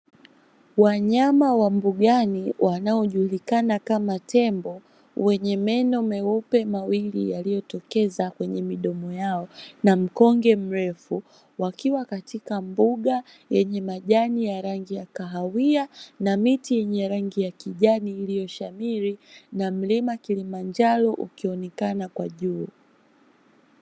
Wanyama wa mbugani wanaojulikana kama tembo wenye meno meupe mawili yaliyotokeza kwenye midomo yao na mkonge mrefu, wakiwa katika mbuga yenye majani ya rangi ya kahawia, na miti yenye rangi ya kijani iliyoshamiri, na mlima wa kilimanjaro ukionekana kwa juu.